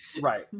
right